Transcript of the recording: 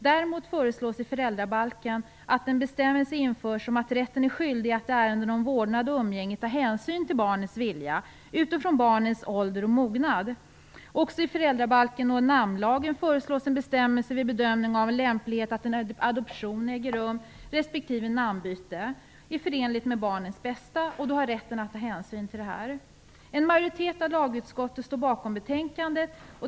Däremot föreslås att en bestämmelse om att rätten är skyldig att i ärenden om vårdnad och umgänge ta hänsyn till barnets vilja utifrån barnets ålder och mognad införs i föräldrabalken. I föräldrabalken och i namnlagen föreslås en bestämmelse vad gäller bedömningen av lämpligheten av att en adoption äger rum respektive namnbyte. Rätten har att ta hänsyn till att detta är förenligt med barnets bästa. En majoritet av lagutskottet står bakom betänkandet.